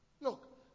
Look